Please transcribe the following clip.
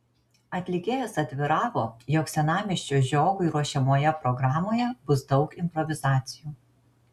atlikėjas atviravo jog senamiesčio žiogui ruošiamoje programoje bus daug improvizacijų